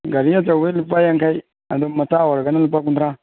ꯒꯥꯔꯤ ꯑꯆꯧꯕꯩ ꯂꯨꯄꯥ ꯌꯥꯡꯈꯩ ꯑꯗꯨꯝ ꯃꯆꯥ ꯑꯣꯏꯔꯒꯅ ꯂꯨꯄꯥ ꯀꯨꯟꯊ꯭ꯔꯥ